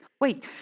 Wait